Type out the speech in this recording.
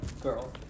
girl